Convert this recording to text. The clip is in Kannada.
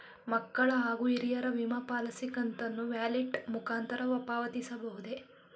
ಮಕ್ಕಳ ಹಾಗೂ ಹಿರಿಯರ ವಿಮಾ ಪಾಲಿಸಿ ಕಂತನ್ನು ವ್ಯಾಲೆಟ್ ಮುಖಾಂತರ ಪಾವತಿಸಬಹುದೇ?